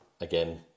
Again